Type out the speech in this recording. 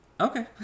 Okay